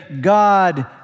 God